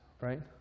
Right